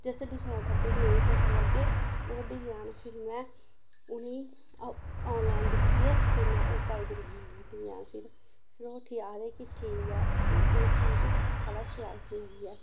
जिस डिजाइन दा फ्ही नेईं पता लग्गे ओह् डिजाइन फिर में उ'नेंगी आनलाइन दिक्खियै फिर में ओह् पाई दिन्नी उ'नेंगी डिजाइन फिर फिर ओह् उठी आखदे कि ठीक ऐ कि एह् सूट साढ़ा शैल सींदी ऐ